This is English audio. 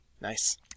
Nice